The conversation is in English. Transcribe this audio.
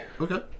Okay